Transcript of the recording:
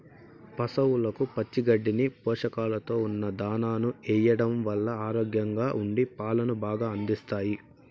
పసవులకు పచ్చి గడ్డిని, పోషకాలతో ఉన్న దానాను ఎయ్యడం వల్ల ఆరోగ్యంగా ఉండి పాలను బాగా అందిస్తాయి